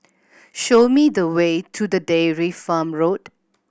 show me the way to the Dairy Farm Road